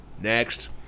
Next